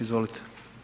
Izvolite.